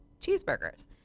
cheeseburgers